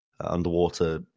underwater